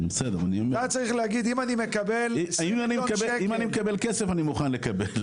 בסדר, אם אני מקבל כסף, אני מוכן לקבל.